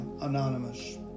Anonymous